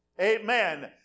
Amen